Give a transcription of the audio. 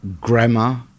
Grammar